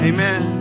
Amen